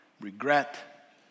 regret